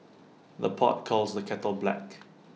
the pot calls the kettle black